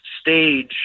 stage